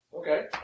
Okay